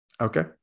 Okay